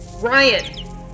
Ryan